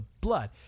blood